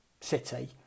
City